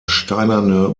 steinerne